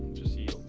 to see